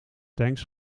tanks